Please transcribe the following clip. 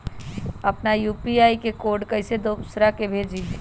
अपना यू.पी.आई के कोड कईसे दूसरा के भेजी?